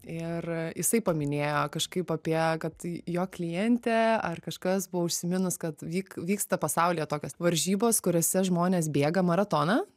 ir jisai paminėjo kažkaip apie kad jo klientė ar kažkas buvo užsiminus kad vyk vyksta pasaulyje tokios varžybos kuriose žmonės bėga maratoną